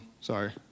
sorry